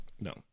No